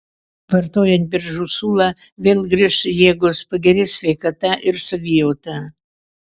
vartojant beržų sulą vėl grįš jėgos pagerės sveikata ir savijauta